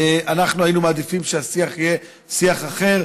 אנחנו היינו מעדיפים שהשיח יהיה שיח אחר,